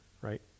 right